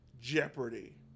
Jeopardy